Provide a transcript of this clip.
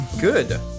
Good